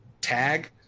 tag